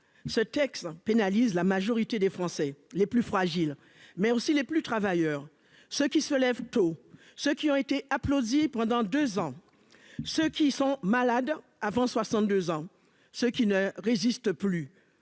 Ce texte pénalise la majorité des Français les plus fragiles, mais aussi les plus travailleurs, ceux qui se lèvent tôt. Ceux qui ont été applaudis pendant 2 ans. Ceux qui sont malades avant 62 ans, ce qui ne résiste plus